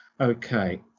Okay